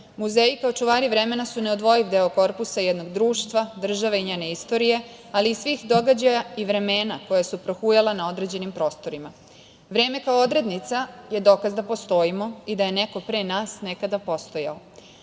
muzeji kao čuvari vremena su neodvojiv deo korpusa jednog društva, države i njene istorije ali i svih događaja i vremena koja su prohujala na određenim prostorima. Vreme kao odrednica je dokaz da postojimo i da je neko pre nas nekada postojao. Ako